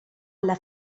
alla